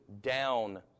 down